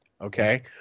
okay